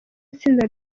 itsinda